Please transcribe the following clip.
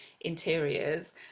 interiors